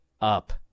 up